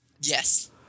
Yes